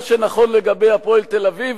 מה שנכון לגבי "הפועל תל-אביב",